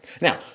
now